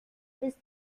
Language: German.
bis